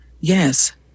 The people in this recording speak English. yes